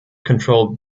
controlled